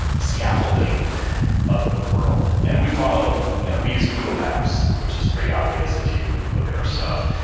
scaffolding of the world and we follow you know we use google maps, which is pretty obvious if you look at our stuff.